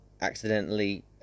accidentally